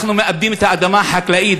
אנחנו מאבדים את האדמה החקלאית.